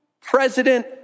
president